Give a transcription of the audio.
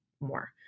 more